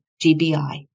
GBI